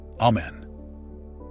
Amen